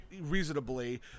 reasonably